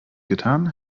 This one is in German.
getan